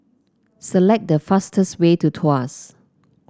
select the fastest way to Tuas